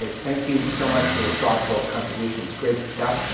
ah thank you so much for your thoughtful contributions. great staff.